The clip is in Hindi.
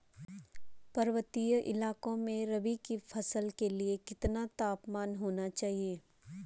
पर्वतीय इलाकों में रबी की फसल के लिए कितना तापमान होना चाहिए?